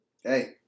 hey